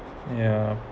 yeah